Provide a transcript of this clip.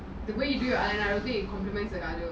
the way you do your eyeliner complements another